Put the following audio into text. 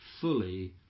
fully